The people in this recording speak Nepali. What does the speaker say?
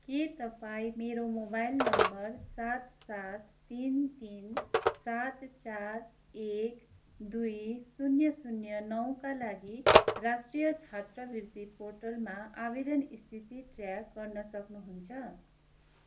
के तपाईँँ मेरो मोबाइल नम्बर सात सात तिन तिन सात चार एक दुई शून्य शून्य नौ का लागि राष्ट्रिय छात्रवृत्ति पोर्टलमा आवेदन स्थिति ट्र्याक गर्न सक्नुहुन्छ